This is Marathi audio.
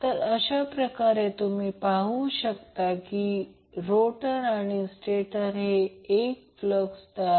तर मी येथे करंट लिहित आहे करंट I 50 अँगल 45° 3 2 j10 आहे